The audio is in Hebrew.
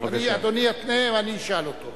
אדוני יתנה, ואני אשאל אותו.